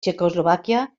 txecoslovàquia